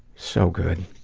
so good.